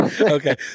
Okay